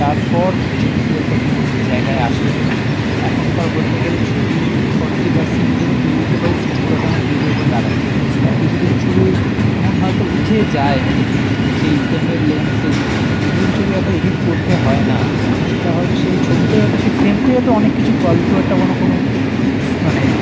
তারপর ছবিটি একটা মূল জায়গায় আসে এবং এখনকার বলতে গেলে ছবি ফর্টি পার্সেন্ট যদি আমি তুলে দিতে পারি সিক্সটি পার্সেন্ট আমার এডিটের উপর দাঁড়ায় এবার কিছু কিছু ছবি এমন হয়তো উঠে যায় হয়তো সেই ফ্রেমের লেন্সে ক্লিন ছবি এত এডিট করতে হয় না সেটা হয়তো সেই ছবিটাই হয়তো সেই ফ্রেমটাই অনেক কিছু গল্প একটা কোনো কোনো মানে